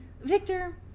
Victor